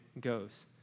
goes